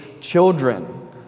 Children